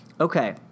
okay